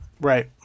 Right